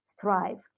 thrive